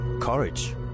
courage